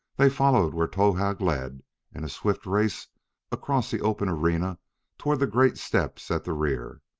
they followed where towahg led in a swift race across the open arena toward the great steps at the rear.